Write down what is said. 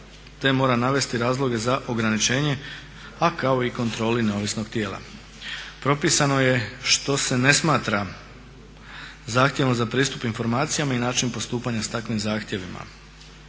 te mora navesti razloge za ograničenje a kao i kontroli neovisnog tijela. Propisano je što se ne smatra zahtjevom za pristup informacijama i način postupanja s takvim zahtjevima.